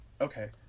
okay